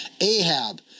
Ahab